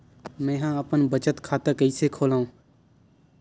मेंहा अपन बचत खाता कइसे खोलव?